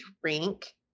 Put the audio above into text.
drink